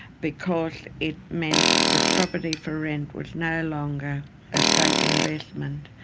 because it meant that property for rent was no longer a safe investment,